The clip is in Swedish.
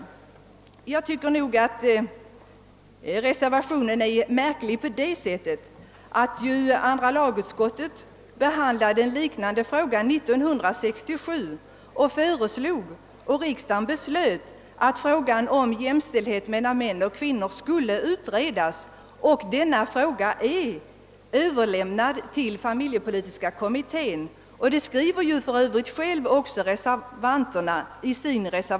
Den reservationen tycker jag är märklig, därför att andra lagutskottet behandlade en liknande fråga 1967, och då beslöt riksdagen att frågan om jämställdhet mellan män och kvinnor inom socialförsäkringssystemet skulle utredas, och ärendet överlämnades till fa miljepolitiska kommittén — vilket även reservanterna själva nämner.